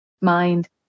mind